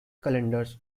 calendars